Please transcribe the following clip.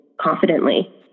confidently